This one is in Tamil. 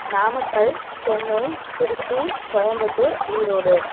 நாமக்கல் சென்னை திருச்சி கோயம்புத்தூர் ஈரோடு